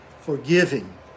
forgiving